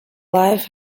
life